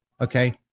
okay